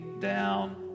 down